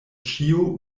ĉio